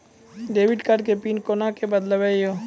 Debit card के PIN कोना के बदलबै यो?